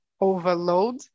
overload